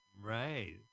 Right